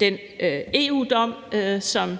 den EU-dom, som